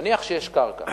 נניח שיש קרקע